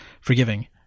forgiving